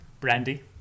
Brandy